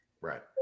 Right